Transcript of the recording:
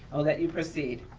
i'll let you proceed.